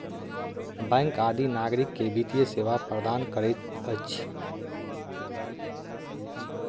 bank आदि नागरिक के वित्तीय सेवा प्रदान करैत अछि